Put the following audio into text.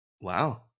Wow